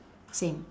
same